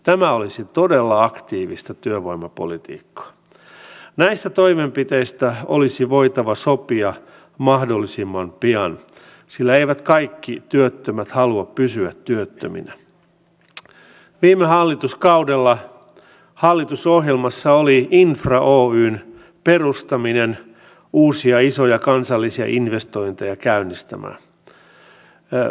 kyllä tämän budjetin lopputulos on se että niin lapsiperheet vanhukset kuin sairaat ne jotka ovat heikommassa asemassa ja ne jotka pystyvät kaikkein vähiten itseään puolustamaan joutuvat tässä nyt kärsimään ja todella tiukille